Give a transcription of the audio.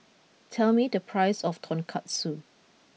tell me the price of Tonkatsu